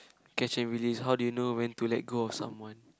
catch and release how do you know when to let go of someone